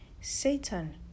satan